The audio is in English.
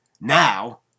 Now